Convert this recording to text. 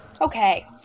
Okay